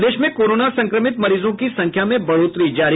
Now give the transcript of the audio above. प्रदेश में कोरोना संक्रमित मरीजों की संख्या में बढोतरी जारी